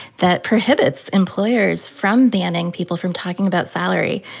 that prohibits employers from banning people from talking about salary.